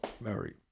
Mary